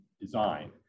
design